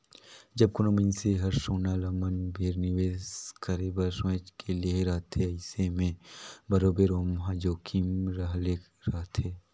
जब कोनो मइनसे हर सोना ल मन भेर निवेस करे बर सोंएच के लेहे रहथे अइसे में बरोबेर ओम्हां जोखिम रहले रहथे